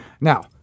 Now